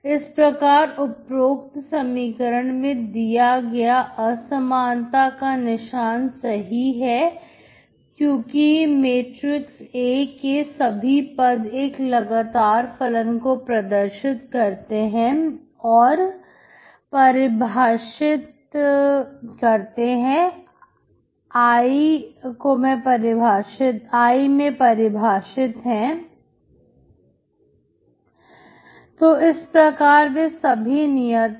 इस प्रकार उपरोक्त समीकरण में दिया गया असमानता का निशान सही है क्योंकि मैट्रिक A के सभी पद एक लगातार फलन को प्रदर्शित करते हैं और परिभाषित I मैं परिभाषित है तो इस प्रकार वे सभी नियत है